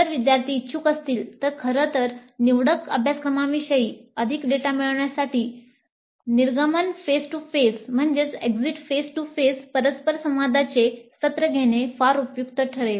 जर विद्यार्थी इच्छुक असतील तर खरं तर निवडक अभ्यासक्रमांविषयी अधिक डेटा मिळविण्यासाठी एक्झिट फेस टू फेस परस्परसंवादाचे सत्र घेणे फार उपयुक्त ठरेल